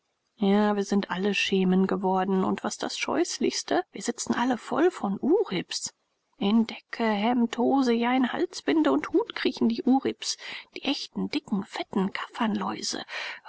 ja wir sind alle schemen geworden und was das scheußlichste wir sitzen alle voll von uribs in decke hemd hose ja in halsbinde und hut kriechen die uribs die echten dicken fetten